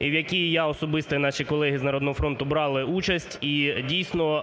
в якій я особисто і наші колеги з "Народного фронту" брали участь і, дійсно,